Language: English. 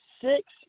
six